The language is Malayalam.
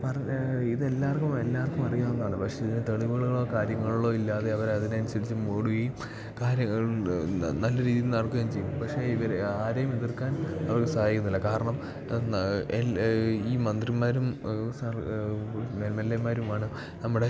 പറ ഇതെല്ലാർക്കും എല്ലാർക്കും അറിയാവുന്നതാണ് പക്ഷേ ഇതിന് തെളിവുകളോ കാര്യങ്ങളോ ഇല്ലാതെ അവരതിനനുസരിച്ച് മൂടുകയും കാര്യങ്ങൾ നല്ല രീതിയിൽ നടക്കുകയും ചെയ്യും പക്ഷേ ഇവരെ ആരേയും എതിർക്കാൻ അവര്ക്ക് സാധിക്കുന്നില്ല കാരണം എന്നാ ഈ മന്ത്രിമാരും സര് ഏമാന്മാരെല്ലാവരും നമ്മുടെ